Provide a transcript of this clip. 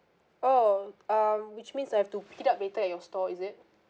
oh um which means I have to pick it up later at your store is it